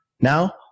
now